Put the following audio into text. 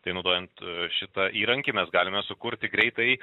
tai naudojant šitą įrankį mes galime sukurti greitai